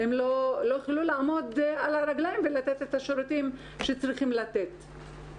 הם לא יוכלו לעמוד על הרגליים ולתת את השירותים שצריכים לתת.